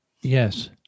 Yes